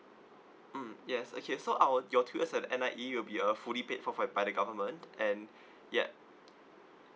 mm yes okay so our your tuition in N_I_E will be uh fully paid for for by the government and ya